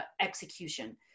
execution